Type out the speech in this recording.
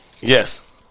yes